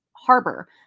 harbor